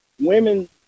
women